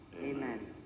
amen